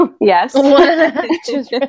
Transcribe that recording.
Yes